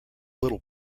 little